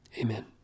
Amen